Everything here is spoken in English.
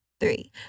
three